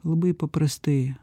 labai paprastai